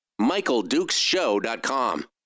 MichaelDukesShow.com